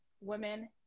women